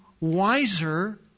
wiser